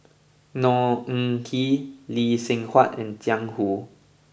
Khor Ean Ghee Lee Seng Huat and Jiang Hu